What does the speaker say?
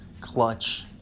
clutch